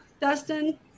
Dustin